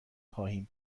خواهیم